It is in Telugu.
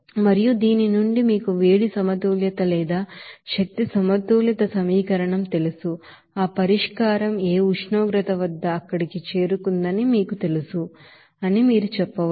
మరియు దీని నుండి మీకు హీట్ బాలన్స్ లేదా ఎనర్జీ బాలన్స్ ఈక్వేషన్ తెలుసు ఆ పరిష్కారం ఏ ఉష్ణోగ్రత వద్ద అక్కడికి చేరుకుందని మీకు తెలుసు అని మీరు చెప్పవచ్చు